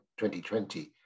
2020